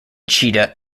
cheetah